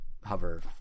hover